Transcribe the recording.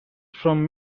from